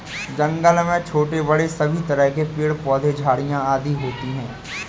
जंगल में छोटे बड़े सभी तरह के पेड़ पौधे झाड़ियां आदि होती हैं